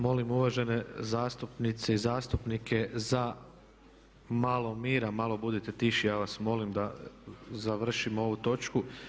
Molim uvažene zastupnice i zastupnike za malo mira, malo budite tiši, ja vas molim da završimo ovu točku.